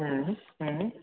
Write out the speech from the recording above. हूँ हूँ